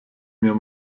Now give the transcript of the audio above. mir